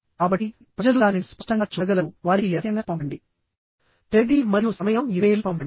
కాబట్టి ప్రజలు దానిని స్పష్టంగా చూడగలరు వారికి ఎస్ఎంఎస్ పంపండి తేదీ మరియు సమయం ఇమెయిల్ పంపండి